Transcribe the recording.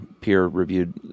peer-reviewed